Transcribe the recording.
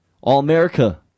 all-America